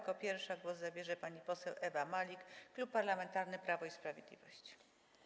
Jako pierwsza głos zabierze pani poseł Ewa Malik, Klub Parlamentarny Prawo i Sprawiedliwość.